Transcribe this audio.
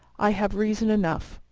i have reason enough.